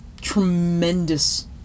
tremendous